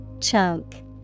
Chunk